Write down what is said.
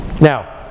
Now